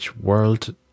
World